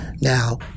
Now